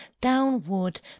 downward